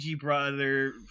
Brother